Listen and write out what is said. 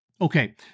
Okay